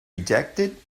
rejected